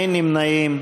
אין נמנעים.